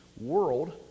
world